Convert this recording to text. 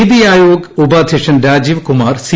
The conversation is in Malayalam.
നിതി ആയോഗ് ഉപാദ്ധ്യ ക്ഷൻ രാജീവ് കുമാർ സി